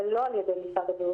ולא על ידי משרד הבריאות,